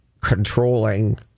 controlling